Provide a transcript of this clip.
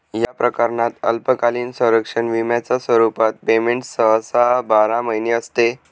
या प्रकरणात अल्पकालीन संरक्षण विम्याच्या स्वरूपात पेमेंट सहसा बारा महिने असते